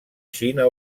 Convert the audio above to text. xina